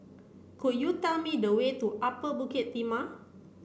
could you tell me the way to Upper Bukit Timah